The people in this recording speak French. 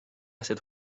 cette